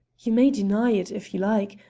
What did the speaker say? you may deny it if you like,